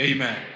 Amen